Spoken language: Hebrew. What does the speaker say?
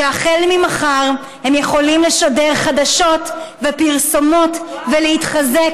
שהחל ממחר הם יכולים לשדר חדשות ופרסומות ולהתחזק